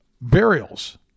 burials